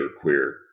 queer